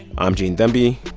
i'm gene demby.